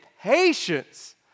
patience